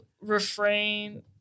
refrain